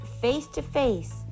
face-to-face